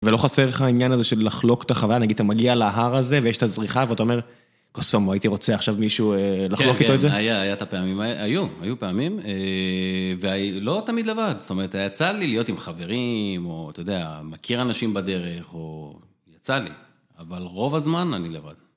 ולא חסר לך העניין הזה של לחלוק את החוויה? נגיד, אתה מגיע להר הזה, ויש את הזריחה, ואתה אומר, כוס אומו, הייתי רוצה עכשיו מישהו לחלוק איתו את זה? כן, כן, היה את הפעמים, היו, היו פעמים, ולא תמיד לבד. זאת אומרת, יצא לי להיות עם חברים, או, אתה יודע, מכיר אנשים בדרך, או... יצא לי, אבל רוב הזמן אני לבד.